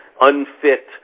unfit